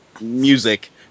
music